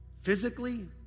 physically